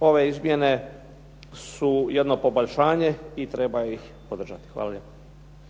ove izmjene su jedno poboljšanje i treba ih podržati. Hvala lijepa. **Bebić,